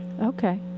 Okay